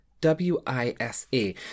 W-I-S-E